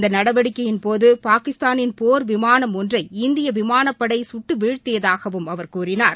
இந்த நடவடிக்கையின் போது பாகிஸ்தானின் போர் விமானம் ஒன்றை இந்திய விமானப் படை சுட்டுவீழ்த்தியதாகவும் அவர் கூறினார்